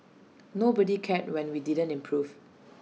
nobody cared when we didn't improve